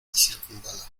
circunvala